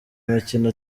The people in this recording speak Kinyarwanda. umukino